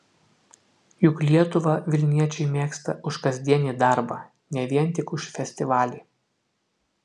juk lietuvą vilniečiai mėgsta už kasdienį darbą ne vien tik už festivalį